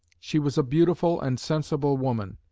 she was a beautiful and sensible woman,